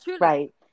right